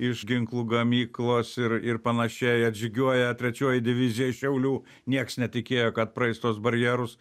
iš ginklų gamyklos ir ir panašiai atžygiuoja trečioji divizija iš šiaulių nieks netikėjo kad praeis tuos barjerus